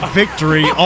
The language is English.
victory